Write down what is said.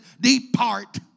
Depart